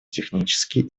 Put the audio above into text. технические